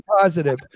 Positive